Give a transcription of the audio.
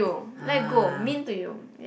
ah